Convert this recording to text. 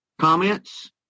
Comments